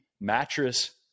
mattress